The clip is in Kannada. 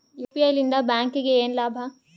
ಯು.ಪಿ.ಐ ಲಿಂದ ಬ್ಯಾಂಕ್ಗೆ ಏನ್ ಲಾಭ?